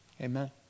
Amen